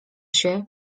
się